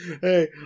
Hey